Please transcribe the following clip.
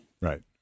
right